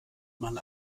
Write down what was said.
man